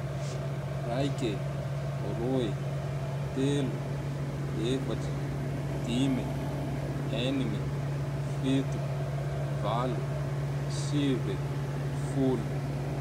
Raike, roy, telo, efatse, dime, enigne, fito, valo, sivy, folo.